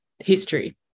history